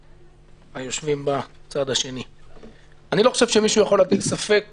אני לא חושב שמישהו יכול להטיל ספק